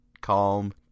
calm